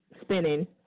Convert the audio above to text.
spinning